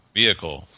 vehicle